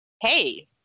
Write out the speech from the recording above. hey